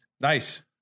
Nice